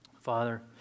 Father